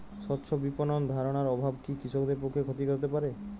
স্বচ্ছ বিপণন ধারণার অভাব কি কৃষকদের পক্ষে ক্ষতিকর হতে পারে?